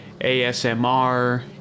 ASMR